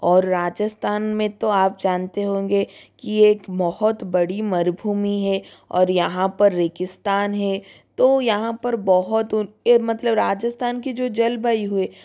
और राजस्थान में तो आप जानते होंगे कि एक बहुत बड़ी मरुभूमि है और यहाँ पर रेगिस्तान है तो यहाँ पर बहुत उन्हे मतलब राजस्थान की जो जलवायु है